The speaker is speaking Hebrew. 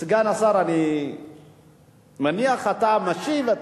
סגן השר, אני מניח אתה משיב.